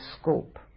scope